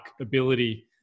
ability